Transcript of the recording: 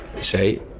say